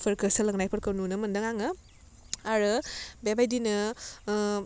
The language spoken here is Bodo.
फोरखौ सोलोंनायफोरखौ नुनो मोनदों आङो आरो बेबायदिनो